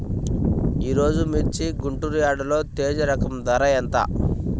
ఈరోజు మిర్చి గుంటూరు యార్డులో తేజ రకం ధర ఎంత?